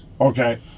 Okay